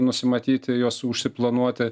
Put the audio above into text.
nusimatyti juos užsiplanuoti